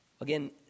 Again